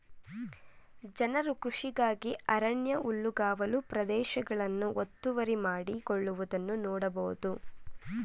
ಜನರು ಕೃಷಿಗಾಗಿ ಅರಣ್ಯ ಹುಲ್ಲುಗಾವಲು ಪ್ರದೇಶಗಳನ್ನು ಒತ್ತುವರಿ ಮಾಡಿಕೊಳ್ಳುವುದನ್ನು ನೋಡ್ಬೋದು